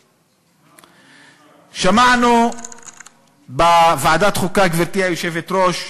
‫ שמענו בוועדת החוקה, גברתי היושבת-ראש,